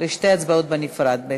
שתי הצבעות, בנפרד.